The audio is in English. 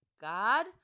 God